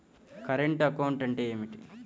Current account అంటే ఏమిటి?